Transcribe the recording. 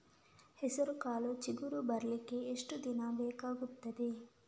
ಹೆಸರುಕಾಳು ಚಿಗುರು ಬರ್ಲಿಕ್ಕೆ ಎಷ್ಟು ದಿನ ಬೇಕಗ್ತಾದೆ?